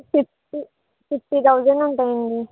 fifty fifty thousand ఉంటాయండి